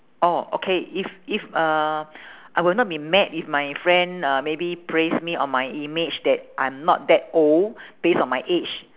oh okay if if uh I will not be mad if my friend uh maybe praise me on my image that I'm not that old base on my age